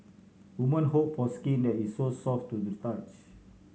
woman hope for skin that is so soft to the touch